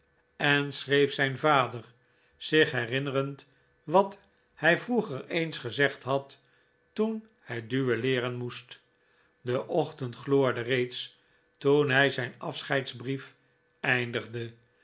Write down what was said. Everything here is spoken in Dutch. en schreef zijn vader zich herinnerend wat hij vroeger eens gezegd had toen hij duelleeren moest de ochtend gloorde reeds toen hij zijn afscheidsbrief eindigde